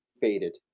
faded